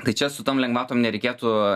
tai čia su tom lengvatom nereikėtų